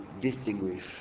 distinguish